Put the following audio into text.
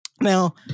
Now